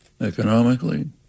Economically